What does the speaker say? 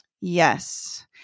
Yes